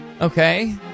Okay